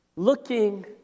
Looking